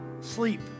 sleep